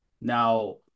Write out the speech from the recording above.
Now